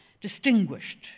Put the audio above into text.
Distinguished